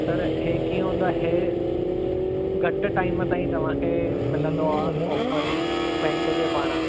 sir हे कीअं हूंदो आहे हे घटि टाइम ताईं तव्हां खे मिलंदो आहे ऑफर बैंक जे पारां